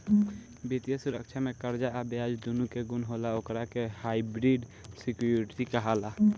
वित्तीय सुरक्षा में कर्जा आ ब्याज दूनो के गुण होला ओकरा के हाइब्रिड सिक्योरिटी कहाला